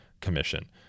commission